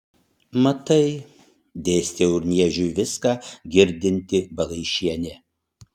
matai dėstė urniežiui viską girdinti balaišienė